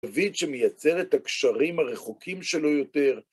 דוד שמייצר את הקשרים הרחוקים שלו יותר.